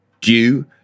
due